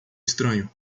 estranho